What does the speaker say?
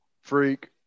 freak